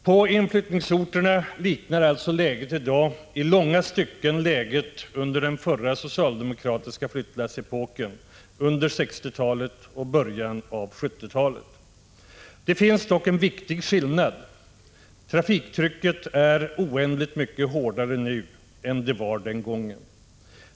På inflyttningsorterna liknar alltså läget i dag i långa stycken läget under den förra socialdemokratiska flyttlassepoken under 1960-talet och början på 1970-talet. Det finns dock en viktig skillnad. Trafiktrycket är oändligt mycket hårdare nu än det var den gången.